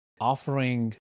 offering